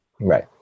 Right